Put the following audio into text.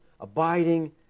abiding